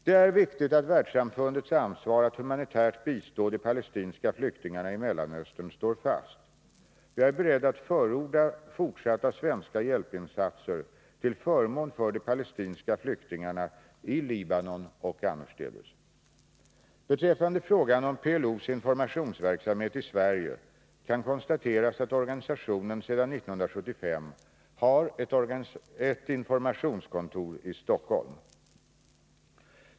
Det är viktigt att världssamfundets ansvar att humanitärt bistå de palestinska flyktingarna i Mellanöstern står fast. Jag är beredd att förorda fortsatta svenska hjälpinsatser till förmån för de palestinska flyktingarna i Libanon och annorstädes. Beträffande frågan om PLO:s informationsverksamhet i Sverige kan konstateras att organisationen sedan 1975 har ett informationskontor i Stockholm.